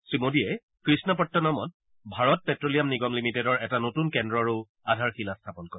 শ্ৰীমোদীয়ে কৃষ্ণপট্টনমত ভাৰত প্টেলিয়াম নিগম লিমিটেডৰ এটা নতুন কেন্দ্ৰৰো আধাৰশিলা স্থাপন কৰে